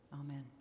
Amen